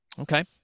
Okay